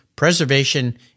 preservation